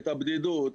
את הבדידות,